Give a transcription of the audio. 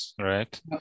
right